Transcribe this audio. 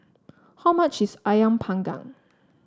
how much is ayam Panggang